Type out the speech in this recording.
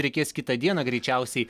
reikės kitą dieną greičiausiai